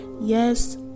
Yes